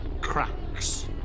cracks